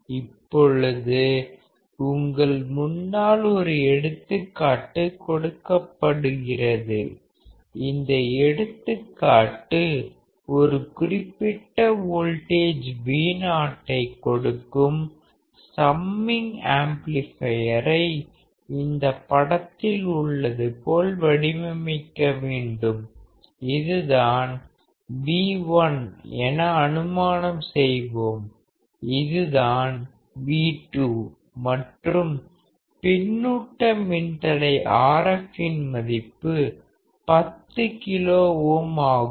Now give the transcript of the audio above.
இப்பொழுது உங்கள் முன்னால் ஒரு எடுத்துக்காட்டு கொடுக்கப்படுகிறது இந்த எடுத்துக்காட்டு ஒரு குறிப்பிட்ட வோல்டேஜ் Vo ஐ கொடுக்கும் சம்மிங் ஆம்ப்ளிபயரை இந்த படத்தில் உள்ளது போல் வடிவமைக்க வேண்டும் இதுதான் V1 என அனுமானம் செய்வோம் இது தான் V2 மற்றும் பின்னூட்ட மின்தடை Rf இன் மதிப்பு 10 கிலோ ஓம் ஆகும்